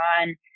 on